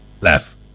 laugh